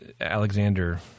Alexander –